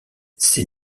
ces